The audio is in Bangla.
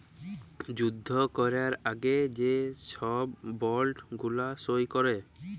যুদ্ধ ক্যরার আগে যে ছব বল্ড গুলা সই ক্যরে